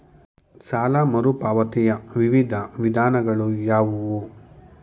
ಸಾಲ ಮರುಪಾವತಿಯ ವಿವಿಧ ವಿಧಾನಗಳು ಯಾವುವು?